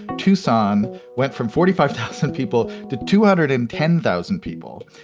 tucson went from forty five thousand people to two hundred and ten thousand people.